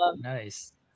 nice